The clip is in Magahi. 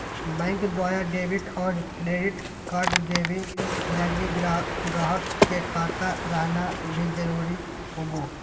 बैंक द्वारा डेबिट और क्रेडिट कार्ड देवे लगी गाहक के खाता रहना भी जरूरी होवो